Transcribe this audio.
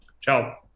Ciao